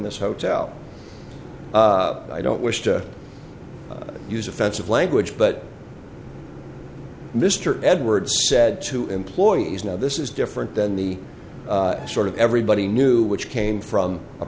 this hotel i don't wish to use offensive language but mr edwards said to employees now this is different than the sort of everybody knew which came from a